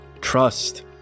trust